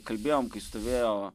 kalbėjom kai stovėjo